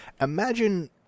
imagine